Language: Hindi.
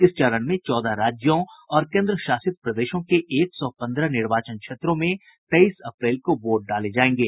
इस चरण में चौदह राज्यों और कोन्द्र शासित प्रदेशों के एक सौ पन्द्रह निर्वाचन क्षेत्रों में तेईस अप्रैल को वोट डाले जाएंगे